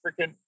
freaking